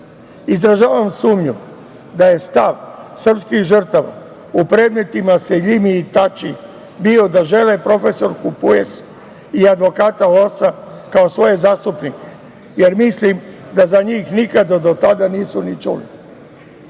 interesi. Izražavam sumnju da je stav srpskih žrtava u predmetima Seljimi i Tači bio da žele profesorku Pujes i advokata Losa kao svoje zastupnike, jer mislim da za njih nikada do tada nisu ni čuli.